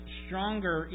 stronger